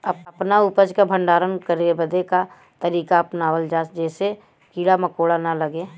अपना उपज क भंडारन करे बदे का तरीका अपनावल जा जेसे कीड़ा मकोड़ा न लगें?